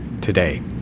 today